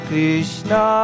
Krishna